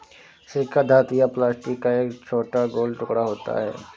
सिक्का धातु या प्लास्टिक का एक छोटा गोल टुकड़ा होता है